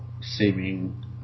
seeming